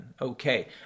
Okay